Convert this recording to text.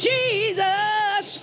Jesus